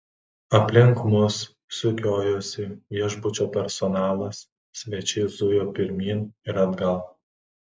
aplink mus sukiojosi viešbučio personalas svečiai zujo pirmyn ir atgal